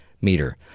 meter